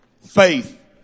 Faith